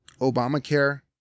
Obamacare